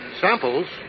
Samples